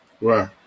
Right